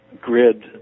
grid